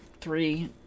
Three